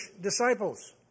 disciples